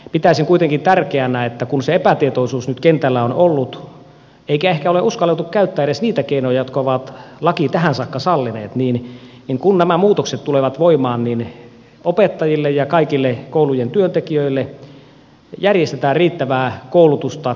pitäisin kuitenkin tärkeänä että kun se epätietoisuus nyt kentällä on ollut eikä ehkä ole uskallettu käyttää edes niitä keinoja jotka laki on tähän saakka sallinut ja kun nämä muutokset tulevat voimaan niin opettajille ja kaikille koulujen työntekijöille järjestetään riittävää koulutusta